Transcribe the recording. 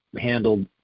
handled